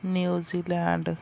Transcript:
New Zealand